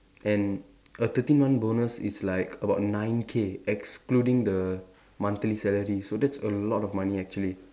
and a thirteen month bonus is like about nine K excluding the monthly salary so that's a lot of money actually